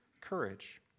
courage